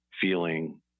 feeling